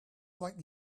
like